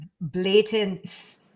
blatant